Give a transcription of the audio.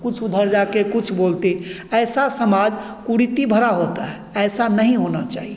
कुछ उधर जाकर कुछ बोलते ऐसा समाज कुरीति भरा होता है ऐसा नहीं होना चाहिए